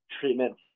treatment